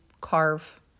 carve